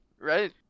right